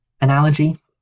analogy